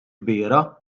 kbira